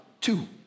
Two